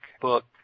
book